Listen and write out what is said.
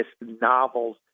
novels